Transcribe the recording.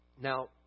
Now